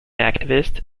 activist